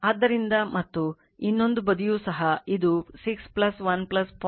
ಆದ್ದರಿಂದ ಮತ್ತು ಇನ್ನೊಂದು ಬದಿಯೂ ಸಹ ಇದು 6 1 0